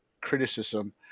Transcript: criticism